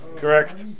correct